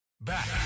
Back